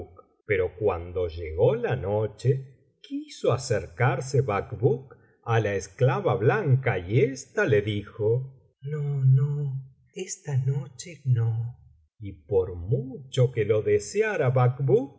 pero cuando llególa noche quiso acercarse bacbuk á la esclava blanca y ésta le dijo no no esta noche no y por mucho que lo deseara